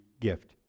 gift